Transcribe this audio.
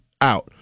out